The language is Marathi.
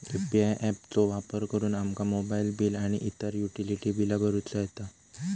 यू.पी.आय ऍप चो वापर करुन आमका मोबाईल बिल आणि इतर युटिलिटी बिला भरुचा येता